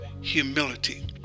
humility